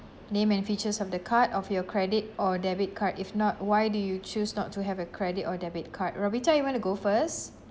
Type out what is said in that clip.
name and features of the card of your credit or debit card if not why do you choose not to have a credit or debit card rovita you want to go first